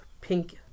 pink